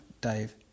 Dave